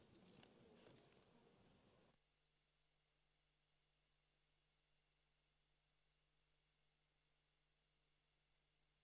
arvoisa puhemies